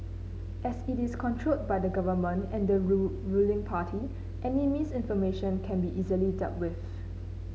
as it is controlled by the government and the rule ruling party any misinformation can be easily dealt with